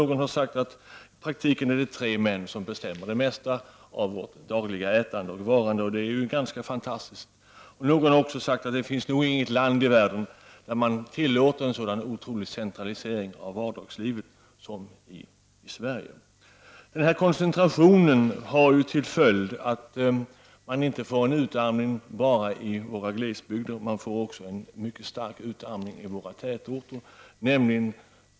Någon har också sagt att det i praktiken rör sig om tre män som bestämmer det mesta av vårt dagliga ätande och varande. Det är ganska fantastiskt. Någon har också sagt att det nog inte finns något annat land i världen där man tillåter en sådan otrolig centralisering av vardagslivet som man gör i Sverige. Denna koncentration har till följd att det inte bara blir en utarmning i våra glesbygder, utan det blir också mycket stark utarmning i våra tätorter.